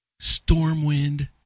Stormwind